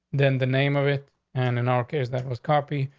then the name of it. and in our case, that was copy.